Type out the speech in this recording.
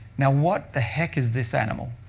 now what the heck is this animal?